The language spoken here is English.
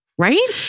right